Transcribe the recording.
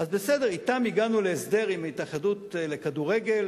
אז בסדר, לגביהם הגענו להסדר עם ההתאחדות לכדורגל,